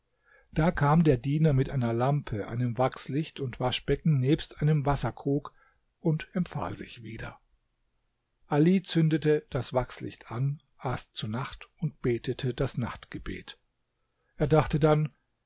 da kam der diener mit einer lampe einem wachslicht und waschbecken nebst einem wasserkrug und empfahl sich wieder ali zündete das wachslicht an aß zu nacht und betete das nachtgebet er dachte dann